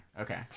okay